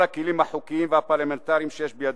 הכלים החוקיים והפרלמנטריים שיש בידנו.